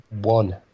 One